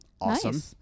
Awesome